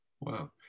Wow